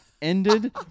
Ended